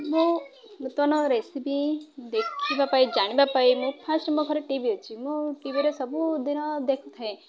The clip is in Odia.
ମୁଁ ନୂତନ ରେସିପି ଦେଖିବା ପାଇଁ ଜାଣିବା ପାଇଁ ମୁଁ ଫାଷ୍ଟ ମୋ ଘରେ ଟି ଭି ଅଛି ମୁଁ ଟିଭିରେ ସବୁଦିନ ଦେଖୁଥାଏ